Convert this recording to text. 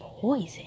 Poison